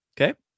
Okay